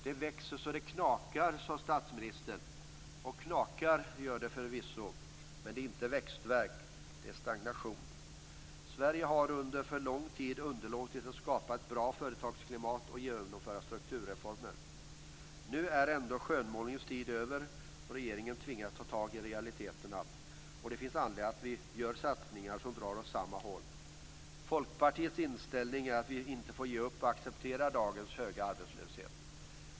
"Det växer så det knakar", sade statsministern. Och knakar gör det förvisso. Men det är inte växtvärk, det är stagnation. Sverige har under för lång tid underlåtit att skapa ett bra företagsklimat och genomföra strukturreformer. Nu är ändå skönmålningens tid över, och regeringen tvingas ta tag i realiteterna. Det finns anledning att göra satsningar som drar åt samma håll. Folkpartiets inställning är att vi inte får ge upp och acceptera dagens höga arbetslöshet.